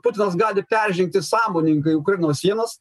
putinas gali peržengti sąmoningai ukrainos sienas